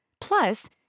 Plus